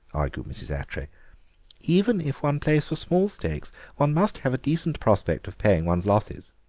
argued mrs. attray even if one plays for small stakes one must have a decent prospect of paying one's losses.